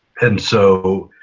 and so